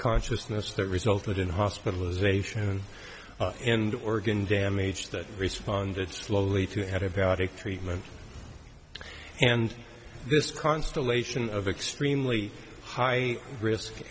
consciousness that resulted in hospitalization and organ damage that responded slowly to had about a treatment and this constellation of extremely high risk